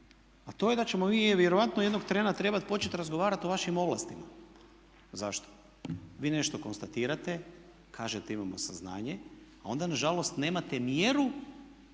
a to je da ćemo mi vjerojatno jednog trena trebati početi razgovarati o vašim ovlastima. Zašto? Vi nešto konstatirate, kažete imamo saznanje a onda nažalost nemate mjeru